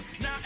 Now